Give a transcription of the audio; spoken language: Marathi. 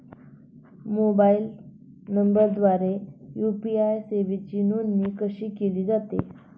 मोबाईल नंबरद्वारे यू.पी.आय सेवेची नोंदणी कशी केली जाते?